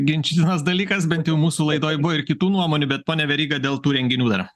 ginčytinas dalykas bent jau mūsų laidoj buvo ir kitų nuomonių bet pone veryga dėl tų renginių dar